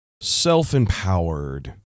self-empowered